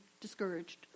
discouraged